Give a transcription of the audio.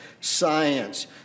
science